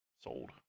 Sold